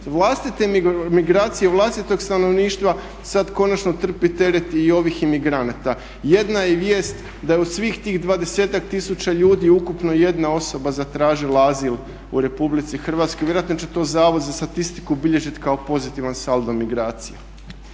vlastite migracije vlastitog stanovništva, sad konačno trpe teret i ovih imigranata. Jedna je vijest da je od svih tih 20-ak tisuća ljudi ukupno 1 osoba zatražila azil u RH, vjerojatno će to Zavod za statistiku bilježiti kao pozitivan saldo migracije.